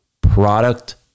product